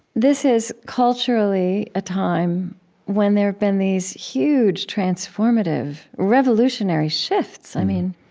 this is culturally a time when there have been these huge, transformative, revolutionary shifts. i mean,